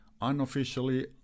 Unofficially